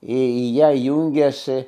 į ją jungiasi